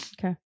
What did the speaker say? Okay